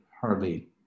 hardly